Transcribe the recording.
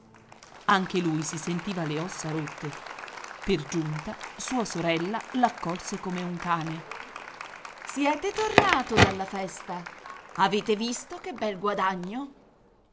anche lui si sentiva le ossa rotte per giunta sua sorella l'accolse come un cane siete tornato dalla festa avete visto che bel guadagno